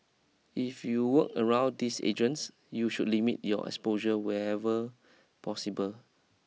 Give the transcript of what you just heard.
if you work around these agents you should limit your exposure whenever possible